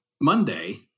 Monday